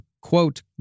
quote